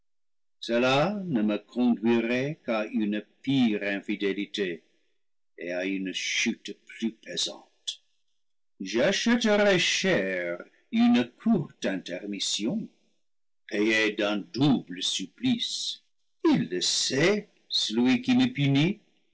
qu'à une pire infidélité et à une chute plus pesante j'achèterais cher une courte intermission payée d'un double supplice il le sait celui qui me punit